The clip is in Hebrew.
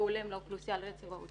והולם לאוכלוסייה על רצף האוטיזם.